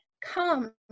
come